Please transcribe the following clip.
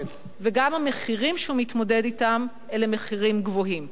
וגם המחירים שהוא מתמודד אתם הם מחירים גבוהים,